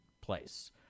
place